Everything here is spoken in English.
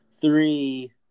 Three